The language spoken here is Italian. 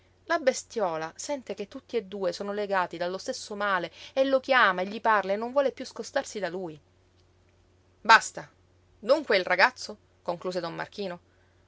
la bestiola sente che tutti due sono legati dallo stesso male e lo chiama e gli parla e non vuole piú scostarsi da lui basta dunque il ragazzo concluse don marchino